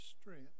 strength